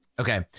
Okay